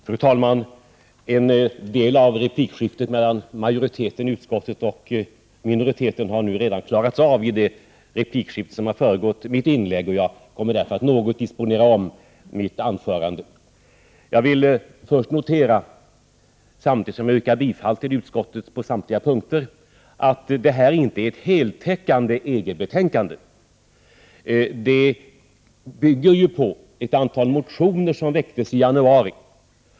Fru talman! En del av replikskiftet mellan majoriteten i utskottet och minoriteten har redan klarats av i den debatt som föregick mitt inlägg. Jag kommer därför att något disponera om mitt anförande. Jag vill först notera, samtidigt som jag yrkar bifall till utskottets hemställan 41 Prot. 1988/89:129 på samtliga punkter, att detta inte är ett heltäckande EG-betänkande. Det bygger på ett antal motioner som väcktes i januari.